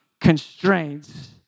constraints